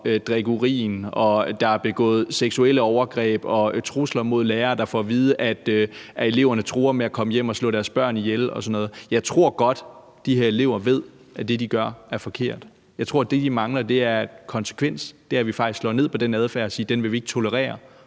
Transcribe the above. drikke urin, og hvor der er begået seksuelle overgreb og lavet trusler mod lærere, der får at vide, at eleverne truer med at komme hjem til dem og slå deres børn ihjel og sådan noget. Jeg tror godt, at de her elever ved, at det, de gør, er forkert. Jeg tror, at det, de mangler, er konsekvens; det er, at vi faktisk slår ned på den adfærd og siger, at den vil vi ikke tolerere